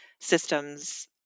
systems